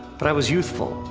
but i was youthful,